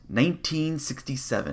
1967